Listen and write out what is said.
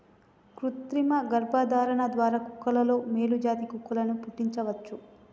కృతిమ గర్భధారణ ద్వారా కుక్కలలో మేలు జాతి కుక్కలను పుట్టించవచ్చు